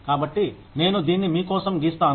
కాబట్టి నేను దీన్ని మీకోసం గీస్తాను